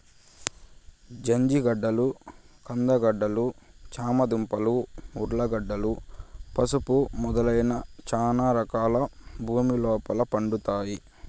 జంజిగడ్డలు, కంద గడ్డలు, చామ దుంపలు, ఉర్లగడ్డలు, పసుపు మొదలైన చానా రకాలు భూమి లోపల పండుతాయి